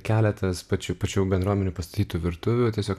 keletas pačių pačių bendruomenių pastatytų virtuvių tiesiog